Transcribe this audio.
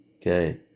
okay